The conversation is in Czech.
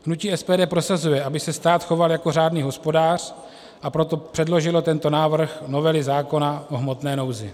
Hnutí SPD prosazuje, aby se stát choval jako řádný hospodář, a proto předložilo tento návrh novely zákona o hmotné nouzi.